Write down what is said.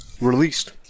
released